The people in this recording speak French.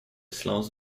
silence